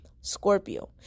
Scorpio